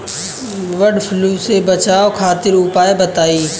वड फ्लू से बचाव खातिर उपाय बताई?